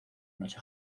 noche